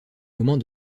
moment